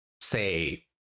say